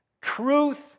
Truth